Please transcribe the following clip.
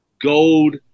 gold